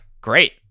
Great